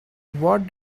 what